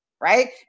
right